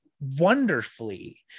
wonderfully